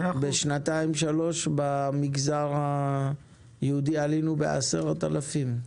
בשנתיים-שלוש במגזר היהודי עלינו ב-10,000,